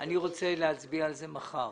אני רוצה להצביע על זה מחר.